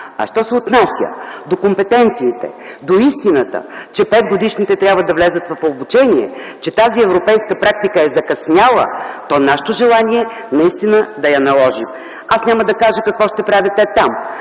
А що се отнася до компетенциите, до истината, че 5 годишните трябва да влязат в обучение, че тази европейска практика е закъсняла, то нашето желание е настина да я наложим. Аз няма да кажа какво ще правят те там